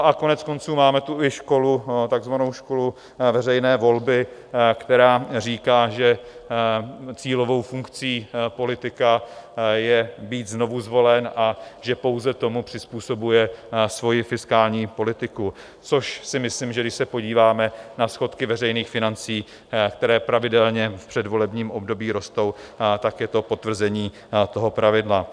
A koneckonců máme tu i školu, takzvanou školu veřejné volby, která říká, že cílovou funkcí politika je být znovu zvolen a že pouze tomu přizpůsobuje svoji fiskální politiku, což myslím, že když se podíváme na schodky veřejných financí, které pravidelně v předvolebním období rostou, tak je to potvrzení toho pravidla.